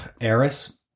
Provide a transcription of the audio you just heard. Eris